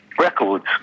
records